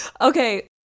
Okay